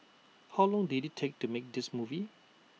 how long did IT take to make this movie